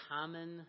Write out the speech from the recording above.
common